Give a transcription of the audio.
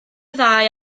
ddau